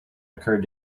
occurred